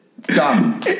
Done